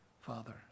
Father